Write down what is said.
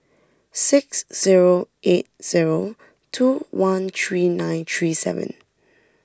six zero eight zero two one three nine three seven